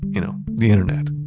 you know, the internet.